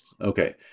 Okay